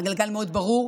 הגלגל מאוד ברור.